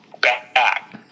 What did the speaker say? back